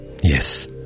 Yes